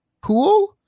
Cool